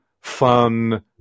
fun